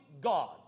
god